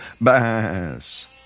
bass